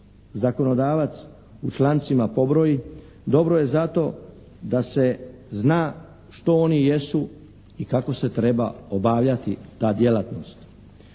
zakonodavac u člancima pobroji? Dobro je zato da se zna što oni jesu i kako se treba obavljati ta djelatnost.